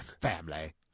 family